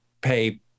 pay